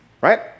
right